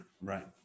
right